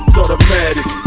automatic